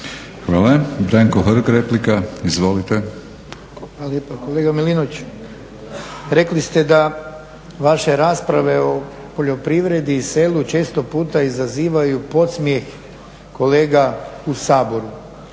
Hvala. Branko Hrg, replika. Izvolite. **Hrg, Branko (HSS)** Hvala lijepa. Kolega Milinović, rekli ste da vaše rasprave o poljoprivredi i selu često puta izazivaju podsmjeh kolega u Saboru.